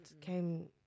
came